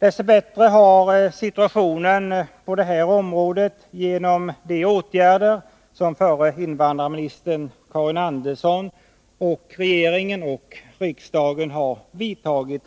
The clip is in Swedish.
Dess bättre har situationen på det här området genom de åtgärder som förra invandrarministern Karin Andersson och regeringen och riksdagen vidtagit